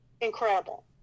incredible